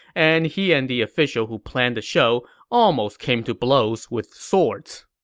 and he and the official who planned the show almost came to blows with swords